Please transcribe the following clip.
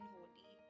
Holi